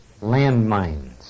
landmines